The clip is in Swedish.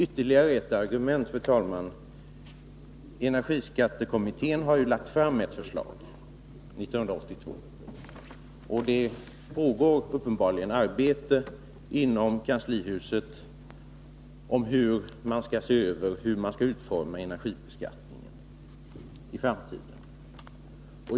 Ytterligare ett argument: Energiskattekommittén har lagt fram ett förslag år 1982, och det pågår uppenbarligen ett arbete inom kanslihuset om hur man skall utforma energibeskattningen i framtiden.